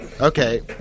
Okay